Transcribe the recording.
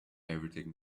everything